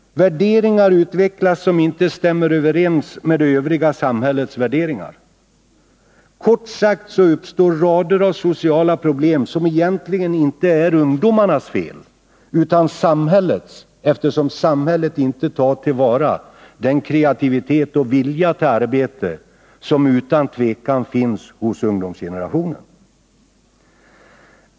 Värderingar utvecklas som inte stämmer överens med det övriga samhällets värderingar. Kort sagt så uppstår rader av sociala problem som egentligen inte är ungdomarnas fel utan samhällets, eftersom samhället inte tar till vara den kreativitet och vilja till arbete som utan tvekan finns hos ungdomsgenerationen.